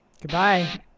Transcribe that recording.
Goodbye